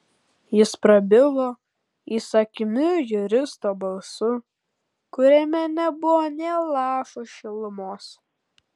jis prabilo įsakmiu juristo balsu kuriame nebuvo nė lašo šilumos